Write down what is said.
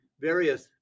various